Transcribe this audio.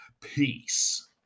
Peace